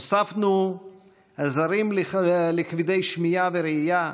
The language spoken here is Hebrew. הוספנו עזרים לכבדי שמיעה וראייה,